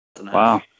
Wow